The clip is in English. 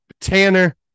Tanner